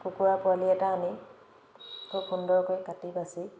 কুকুৰা পোৱালি এটা আনি খুব সুন্দৰকৈ কাটি বাচি